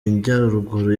majyaruguru